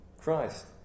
Christ